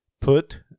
Put